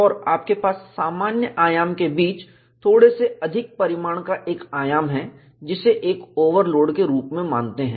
और आपके पास सामान्य आयाम के बीच थोड़े से अधिक परिमाण का एक आयाम है जिसे एक ओवरलोड के रूप में मानते हैं